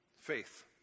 Faith